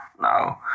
no